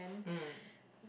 mm